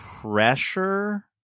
pressure